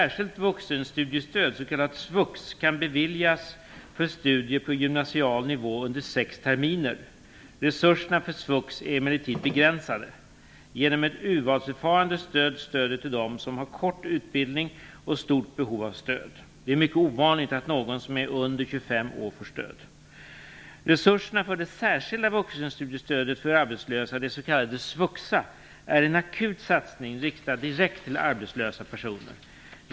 Resurserna för SVUX är emellertid begränsade. Genom ett urvalsförfarande styrs stödet till dem som har kort utbildning och stort behov av stöd. Det är mycket ovanligt att någon som är under 25 år får stöd. Resurserna för det särskilda vuxenstudiestödet för arbetslösa, det s.k. SVUXA, är en akut satsning riktad direkt till arbetslösa personer.